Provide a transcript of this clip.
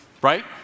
right